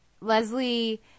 Leslie